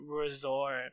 resort